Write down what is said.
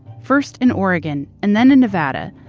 first in oregon and then in nevada,